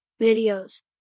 videos